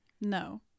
No